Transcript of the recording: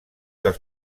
dels